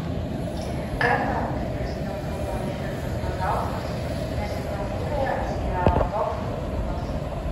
kartą kai prezidentu buvo išrinktas brazauskas prezidentūroje apsigyveno toks buzūnas